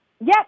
Yes